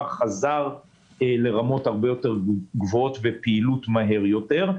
חזר לרמות הרבה יותר גבוהות ולפעילות מהר יותר,